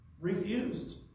Refused